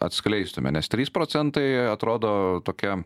atskleistume nes trys procentai atrodo tokia